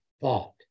thought